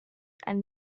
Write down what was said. and